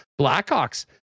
Blackhawks